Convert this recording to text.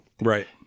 right